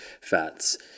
fats